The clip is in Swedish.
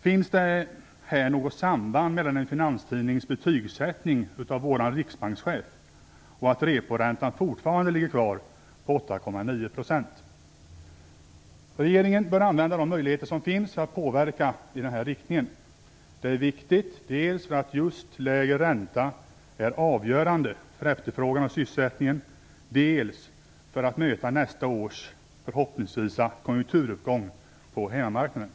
Finns det något samband mellan en finanstidnings betygssättning av vår riksbankschef och att reporäntan fortfarande ligger kvar på 8,9 %? Regeringen bör använda de möjligheter som finns för att påverka i denna riktning. Det är viktigt dels för att just lägre ränta är avgörande för efterfrågan och sysselsättningen, dels för att möta den konjunkturuppgång som förhoppningsvis kommer nästa år på hemmamarknaden.